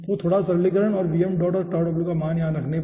तो थोड़ा सा सरलीकरण और और का मान यहाँ रखने पर